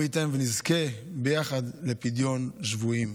ומי ייתן ונזכה יחד לפדיון שבויים.